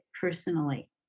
personally